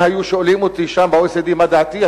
אם היו שואלים אותי שם ב-OECD מה דעתי,